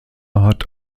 hat